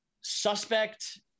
suspect